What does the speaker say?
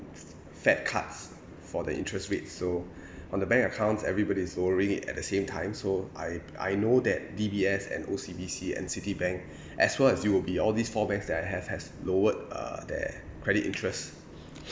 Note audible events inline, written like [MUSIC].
fed cuts for the interest rate so [BREATH] on the bank accounts everybody is worried at the same time so I I know that D_B_S and O_C_B_C and citibank [BREATH] as well as U_O_B all these four banks that I have has lowered uh their credit interest